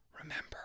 Remember